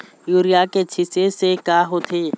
Urea के छींचे से का होथे?